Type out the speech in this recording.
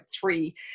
three